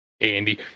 Andy